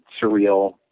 surreal